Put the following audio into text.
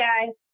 guys